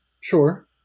Sure